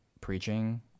preaching